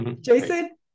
Jason